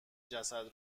جسد